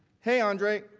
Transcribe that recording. hey, andre,